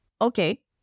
Okay